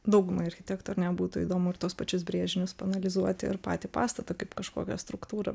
daugumai architektų ar ne būtų įdomu ir tuos pačius brėžinius paanalizuoti ir patį pastatą kaip kažkokią struktūrą